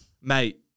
Mate